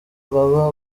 baba